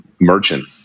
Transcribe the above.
merchant